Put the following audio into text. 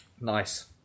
nice